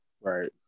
right